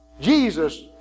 Jesus